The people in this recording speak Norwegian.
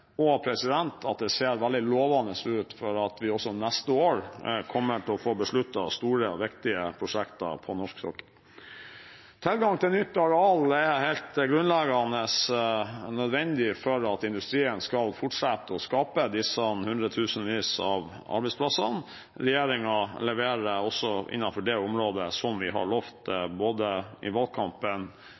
at det ser veldig lovende ut for at vi også neste år kommer til å få besluttet store og viktige prosjekter på norsk sokkel. Tilgang til nytt areal er helt grunnleggende nødvendig for at industrien skal fortsette å skape hundretusenvis av arbeidsplasser. Regjeringen leverer også innenfor det området, som vi lovte både i valgkampen